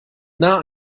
nah